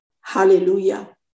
Hallelujah